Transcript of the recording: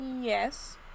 Yes